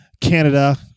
Canada